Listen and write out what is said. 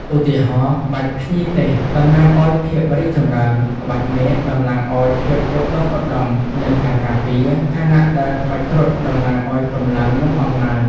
ឧទាហរណ៍ ក្បាច់ភ្ញីទេសតំណាងឱ្យភាពរីកចម្រើន ក្បាច់នាគតំណាងឱ្យភាពឧត្តុង្គឧត្តម និងការការពារ ខណៈដែលក្បាច់គ្រុឌតំណាងឱ្យកម្លាំង និងអំណាច។